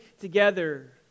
together